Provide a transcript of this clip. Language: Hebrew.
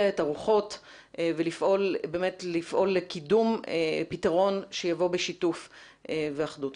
את הרוחות ולפעול לקידום פתרון שיבוא בשיתוף ובאחדות.